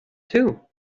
too